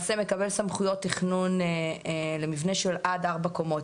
סמכויות תכנון למבנה של עד ארבע קומות,